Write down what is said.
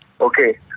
Okay